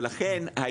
ולכן,